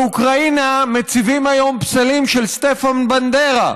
באוקראינה מציבים היום פסלים של סטפן בנדרה,